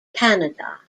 canada